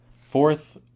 fourth